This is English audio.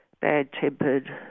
bad-tempered